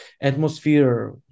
atmosphere